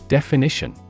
Definition